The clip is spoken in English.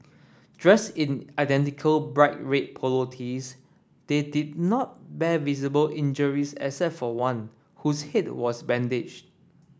dressed in identical bright red polo tees they did not bear visible injuries except for one whose head was bandaged